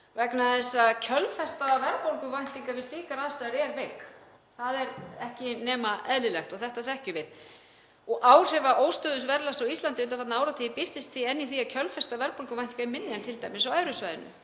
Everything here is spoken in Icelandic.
vegna þess að kjölfesta verðbólguvæntinga við slíkar aðstæður er veik. Það er ekki nema eðlilegt og þetta þekkjum við. Áhrif óstöðugs verðlags á Íslandi undanfarna áratugi birtast því enn í því að kjölfesta verðbólguvæntinga er minni en t.d. á evrusvæðinu